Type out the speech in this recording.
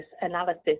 analysis